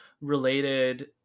related